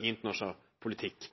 i internasjonal politikk.